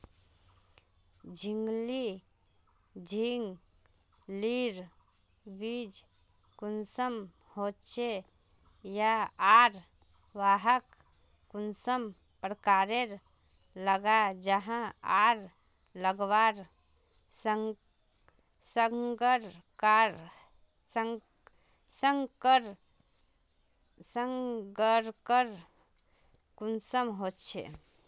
झिंगली झिंग लिर बीज कुंसम होचे आर वाहक कुंसम प्रकारेर लगा जाहा आर लगवार संगकर कुंसम होचे?